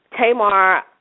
Tamar